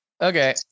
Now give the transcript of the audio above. Okay